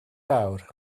awr